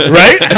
right